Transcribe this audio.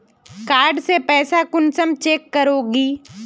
Card से पैसा कुंसम चेक करोगी?